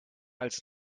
als